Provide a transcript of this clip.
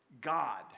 God